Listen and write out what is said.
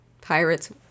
pirates